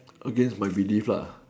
against my believe